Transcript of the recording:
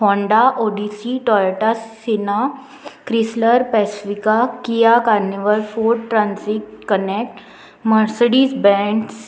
Honda Odyssey Toyota Sienna Chrysler Pacifica Kia Carnival Ford Transit Connect Mercedes bands